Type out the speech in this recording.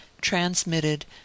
transmitted